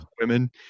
Women